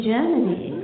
Germany